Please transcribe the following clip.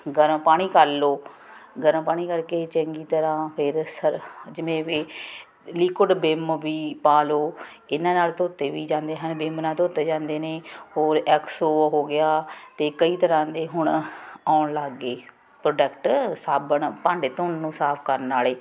ਗਰਮ ਪਾਣੀ ਕਰ ਲਓ ਗਰਮ ਪਾਣੀ ਕਰਕੇ ਚੰਗੀ ਤਰ੍ਹਾਂ ਫਿਰ ਸਰ ਜਿਵੇਂ ਵੀ ਲੀਕੁਡ ਵਿੰਮ ਵੀ ਪਾ ਲਓ ਇਹਨਾਂ ਨਾਲ ਧੋਤੇ ਵੀ ਜਾਂਦੇ ਹਨ ਵਿੰਮ ਨਾਲ ਧੋਤੇ ਜਾਂਦੇ ਨੇ ਹੋਰ ਐਕਸੋ ਹੋ ਗਿਆ ਅਤੇ ਕਈ ਤਰ੍ਹਾਂ ਦੇ ਹੁਣ ਆਉਣ ਲੱਗ ਗਏ ਪ੍ਰੋਡਕਟ ਸਾਬਣ ਭਾਂਡੇ ਧੋਣ ਨੂੰ ਸਾਫ਼ ਕਰਨ ਵਾਲੇ